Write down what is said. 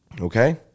Okay